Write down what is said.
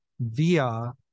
via